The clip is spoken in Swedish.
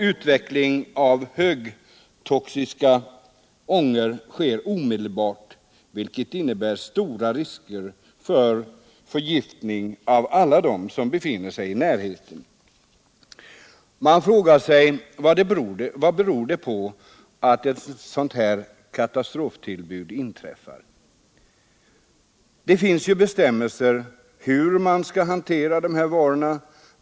Utveckling av högtoxiska ångor sker omedelbart, vilket innebär stora risker för förgiftning av alla som befinner sig i närheten. Man frågar sig vad det beror på att ett sådant katastroftillbud inträffar. Det finns ju bestämmelser om hur man skall hantera dessa varor.